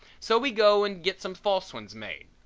so we go and get some false ones made.